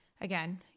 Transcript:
again